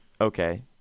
Okay